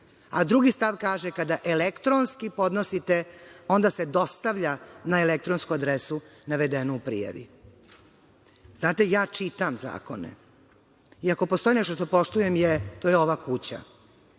Drugi stav kaže – kada elektronski podnosite, onda se dostavlja na elektronsku adresu navedenu u prijavi. Znate, ja čitam zakone. Ako postoji nešto što poštujem, to je ova kuća.